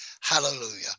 Hallelujah